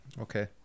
Okay